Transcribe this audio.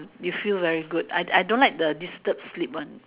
you feel very good I I don't like the disturbed sleep one